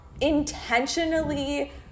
intentionally